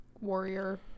warrior